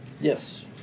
Yes